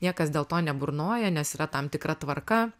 niekas dėl to neburnoja nes yra tam tikra tvarka